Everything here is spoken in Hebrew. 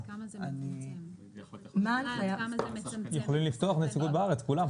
הם יכולים לפתוח נציגות בארץ, כולם.